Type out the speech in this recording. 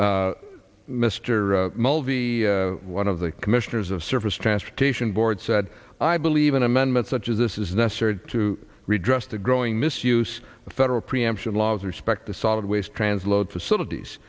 the one of the commissioners of surface transportation board said i believe an amendment such as this is necessary to redress the growing misuse of federal preemption laws respect the solid waste trans load facilities